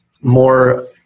more